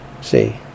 See